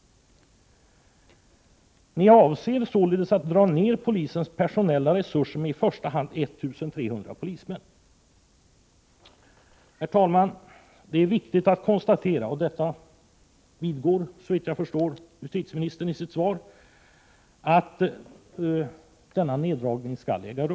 Ni avser således att dra ner polisens personella resurser med i första hand 1 300 polismän. Herr talman! Det är viktigt att konstatera — och detta vidgår såvitt jag förstår justitieministern i sitt svar — att en neddragning skall äga rum.